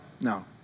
no